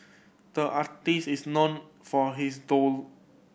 the artist is known for his